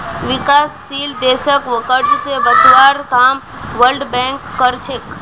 विकासशील देशक कर्ज स बचवार काम वर्ल्ड बैंक कर छेक